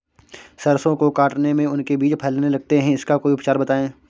सरसो को काटने में उनके बीज फैलने लगते हैं इसका कोई उपचार बताएं?